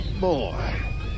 Boy